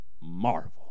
marvel